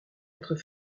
être